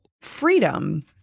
freedom